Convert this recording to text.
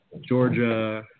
Georgia